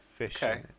okay